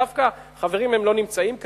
דווקא חברים לא נמצאים כאן,